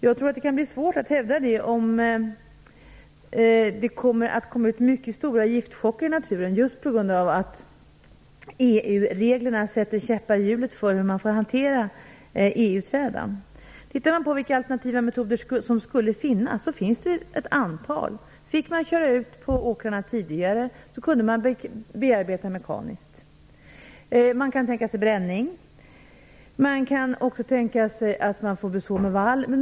Jag tror att det kan bli svårt att hävda detta om det kommer ut mycket stora giftchocker i naturen just på grund av att EU-reglerna sätter käppar i hjulet när det gäller hanteringen av EU-trädan. Det finns ett antal alternativa metoder. Om man fick köra ut på åkrarna tidigare kunde man bearbeta mekaniskt. Man kan tänka sig bränning. Man kan också tänka sig att man får beså med vall.